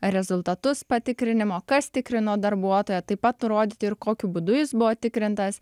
rezultatus patikrinimo kas tikrino darbuotoją taip pat nurodyti ir kokiu būdu jis buvo tikrintas